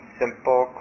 simple